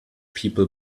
people